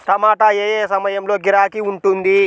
టమాటా ఏ ఏ సమయంలో గిరాకీ ఉంటుంది?